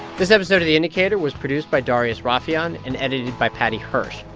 this episode of the indicator was produced by darius rafieyan and edited by paddy hirsch.